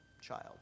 child